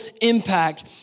impact